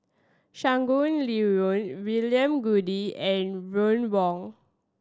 Shangguan Liuyun William Goode and Ron Wong